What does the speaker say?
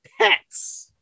pets